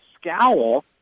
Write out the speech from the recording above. scowl